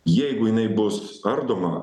jeigu jinai bus ardoma